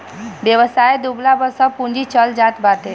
व्यवसाय डूबला पअ सब पूंजी चल जात बाटे